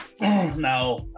Now